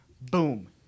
boom